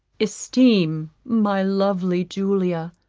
esteem, my lovely julia,